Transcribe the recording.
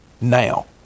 now